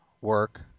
work